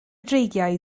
dreigiau